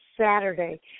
Saturday